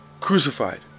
crucified